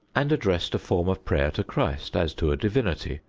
and addressed a form of prayer to christ, as to a divinity,